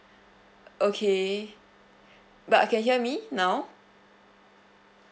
okay but uh can hear me now